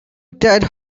dead